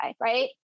right